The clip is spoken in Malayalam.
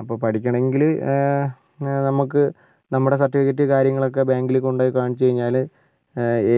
അപ്പോൾ പഠിക്കണമെങ്കിൽ നമുക്ക് നമ്മുടെ സർട്ടിഫിക്കറ്റ് കാര്യങ്ങളൊക്കെ ബാങ്കിൽ കൊണ്ട് പോയി കാണിച്ചുകഴിഞ്ഞാൽ